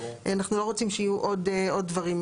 אנחנו לא רוצים שיהיו עוד דברים.